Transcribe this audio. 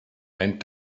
and